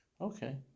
Okay